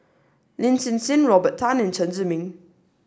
Lin Hsin Hsin Robert Tan and Chen Zhiming